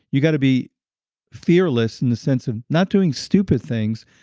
you got to be fearless in the sense of not doing stupid things,